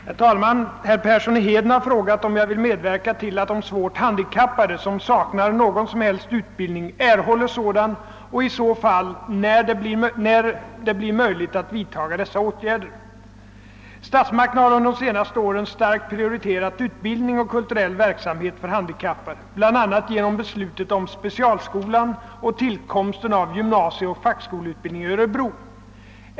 Herr talman! Herr Persson i Heden har frågat om jag vill medverka till att de svårt handikappade som saknar någon som helst utbildning erhåller sådan och när det i så fall blir möjligt att vidtaga dessa åtgärder. Statsmakterna har under de senaste åren starkt prioriterat utbildning och kulturell verksamhet för handikappade, bl.a. genom beslutet om specialskolan och tillkomsten av gymnasieoch fackskoleutbildningen i Örebro.